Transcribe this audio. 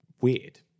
weird